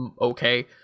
okay